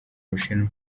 bushinwa